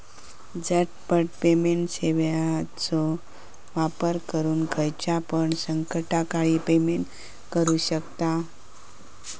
झटपट पेमेंट सेवाचो वापर करून खायच्यापण संकटकाळी पेमेंट करू शकतांव